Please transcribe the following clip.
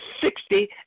sixty